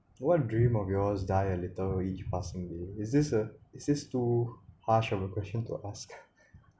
what dream of yours die a little with each passing day is this uh is this too harsh of a question to ask